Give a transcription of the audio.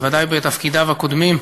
בוודאי בתפקידיו הקודמים,